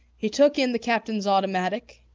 he took in the captain's automatic,